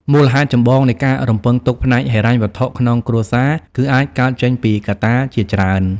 មូលហេតុចម្បងនៃការរំពឹងទុកផ្នែកហិរញ្ញវត្ថុក្នុងគ្រួសារ គឺអាចកើតចេញពីកត្តាជាច្រើន ។